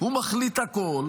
הוא מחליט הכול.